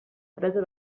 teresa